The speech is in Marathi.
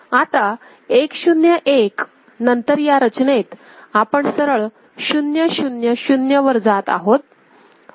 आता 1 0 1 नंतर या रचनेत आपण सरळ 0 0 0 वर जात आहोत